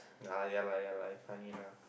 uh ya lah ya lah you funny lah